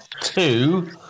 two